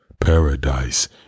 Paradise